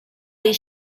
jej